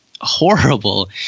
horrible